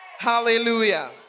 Hallelujah